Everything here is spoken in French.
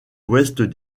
ouest